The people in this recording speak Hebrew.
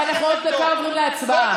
ואנחנו עוד דקה עוברים להצבעה.